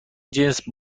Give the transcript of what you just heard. جنس